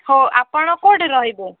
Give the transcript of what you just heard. ହଉ ଆପଣ କେଉଁଠି ରହିବୁ